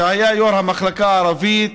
שהיה יו"ר המחלקה הערבית